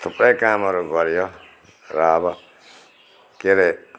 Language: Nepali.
थुप्रै कामहरू गरियो र आबो केअरे